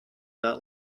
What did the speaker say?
not